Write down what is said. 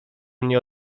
mnie